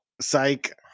Psych